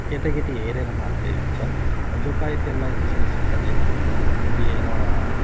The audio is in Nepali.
केटा केटी हेरेर मात्रै हुन्छ जो पायो त्यसलाई त्यसरी शिक्षा दिन दिएर